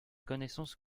connaissances